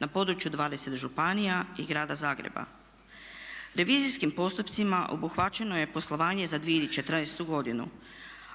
na području 20 županija i Grada Zagreba. Revizijskim postupcima obuhvaćeno je poslovanje za 2014. godinu,